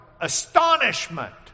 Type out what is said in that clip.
astonishment